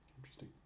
interesting